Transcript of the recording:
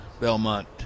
Belmont